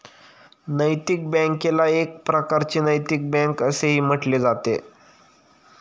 नैतिक बँकेला एक प्रकारची नैतिक बँक असेही म्हटले जाते